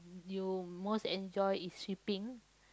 you most enjoy is sweeping